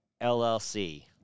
LLC